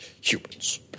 Humans